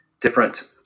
different